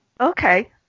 Okay